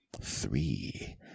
three